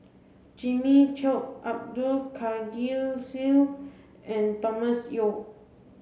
Jimmy Chok Abdul Kadir Syed and Thomas Yeo